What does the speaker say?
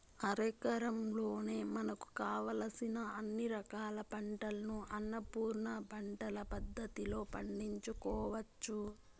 అరెకరంలోనే మనకు కావలసిన అన్ని రకాల పంటలను అన్నపూర్ణ పంటల పద్ధతిలో పండించుకోవచ్చు